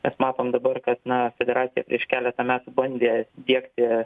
mes matom dabar kad na federacija prieš keletą metų bandė diegti